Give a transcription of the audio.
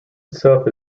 itself